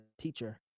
teacher